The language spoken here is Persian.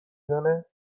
زنه